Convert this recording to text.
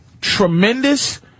tremendous